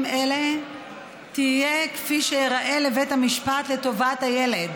אלה תהיה כפי שייראה לבית המשפט לטובת הילד.